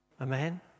Amen